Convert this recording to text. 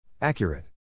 Accurate